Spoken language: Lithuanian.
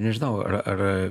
nežinau ar ar